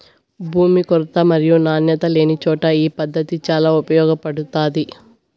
భూమి కొరత మరియు నాణ్యత లేనిచోట ఈ పద్దతి చాలా ఉపయోగపడుతాది